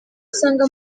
usanga